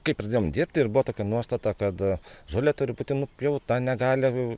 kai pradėjom dirbti ir buvo tokia nuostata kad žolė turi būti nupjauta negali